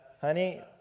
honey